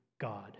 god